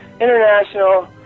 International